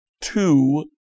two